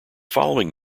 following